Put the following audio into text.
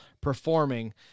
performing